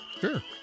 Sure